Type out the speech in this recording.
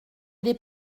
des